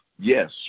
Yes